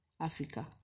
Africa